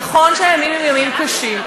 נכון שהימים הם ימים קשים,